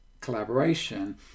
collaboration